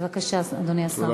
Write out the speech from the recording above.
בבקשה, אדוני השר.